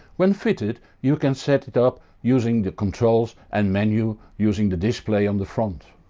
when fitted, you can set it up using the controls and menu using the display on the front.